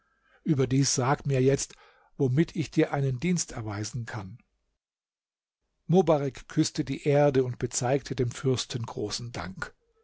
überdies sag mir jetzt womit ich dir einen dienst erweisen kann mobarek küßte die erde und bezeigte dem fürsten großen dank